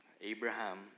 Abraham